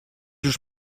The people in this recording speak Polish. już